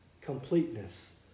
Completeness